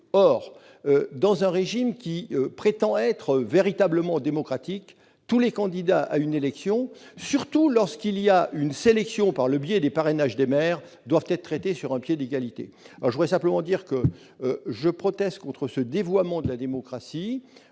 Or, dans un régime qui prétend être véritablement démocratique, tous les candidats à une élection, surtout lorsqu'il existe une sélection par le biais des parrainages des maires, doivent être traités sur un pied d'égalité. Je proteste contre ce dévoiement de la démocratie.